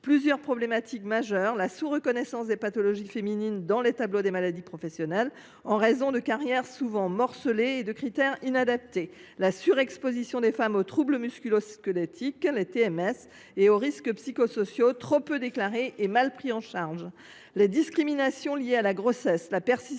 plusieurs problématiques majeures. Il souligne d’abord la sous reconnaissance des pathologies féminines dans les tableaux des maladies professionnelles, en raison de carrières souvent morcelées et de critères inadaptés. Il pointe également la surexposition des femmes aux troubles musculo squelettiques (TMS) et aux risques psychosociaux, trop peu déclarés et mal pris en charge. Il énumère les discriminations liées à la grossesse. Il dénonce